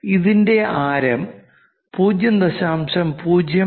ഇതിന്റെ ആരം 0